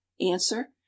Answer